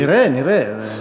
נראה, נראה.